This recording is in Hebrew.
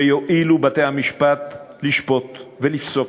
שיואילו בתי-המשפט לשפוט ולפסוק,